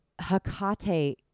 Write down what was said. Hakate